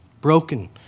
broken